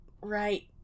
Right